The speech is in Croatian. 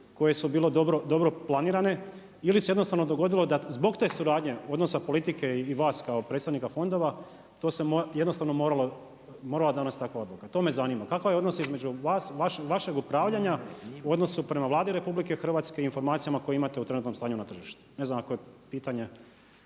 koje su bile dobro planirane ili se jednostavno dogodilo da zbog te suradnje odnosa politike i vas kao predstavnika fondova, to se jednostavno moralo, morala donesti takva odluka. To me zanima, kakav je odnos između vas i vašeg upravljanja u odnosu prema Vladi RH i informacijama koje imate o trenutnom stanju na tržištu? Ne znam ako je pitanje.